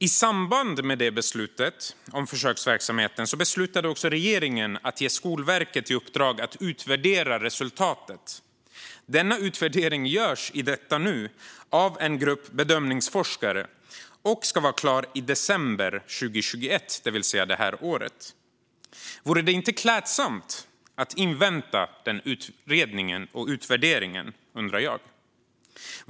I samband med beslutet om försöksverksamheten beslutade regeringen också att ge Skolverket i uppdrag att utvärdera resultatet. Denna utvärdering görs i detta nu av en grupp bedömningsforskare och ska vara klar i december 2021, det vill säga i år. Vore det inte klädsamt att invänta utredningen och utvärderingen? undrar jag.